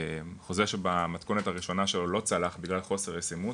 חוזר שבמתכונת הראשונה שלו לא צלח בגלל חוסר ישימות,